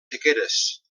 sequeres